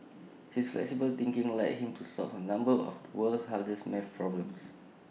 his flexible thinking led him to solve A number of the world's hardest math problems